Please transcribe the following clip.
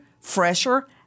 fresher